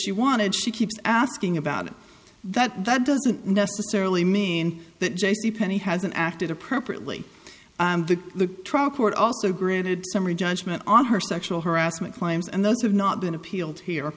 she wanted she keeps asking about it that that doesn't necessarily mean that j c penney hasn't acted appropriately to the trial court also grid summary judgment on her sexual harassment claims and those have not been appealed here